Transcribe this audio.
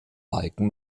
balken